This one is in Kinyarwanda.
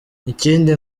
ikindi